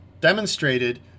demonstrated